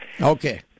Okay